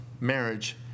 marriage